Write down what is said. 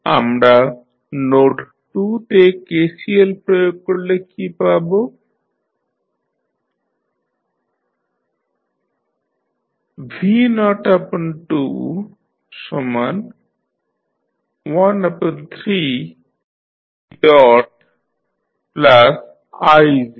আমরা নোড 2 তে KCL প্রয়োগ করলে কী পাবো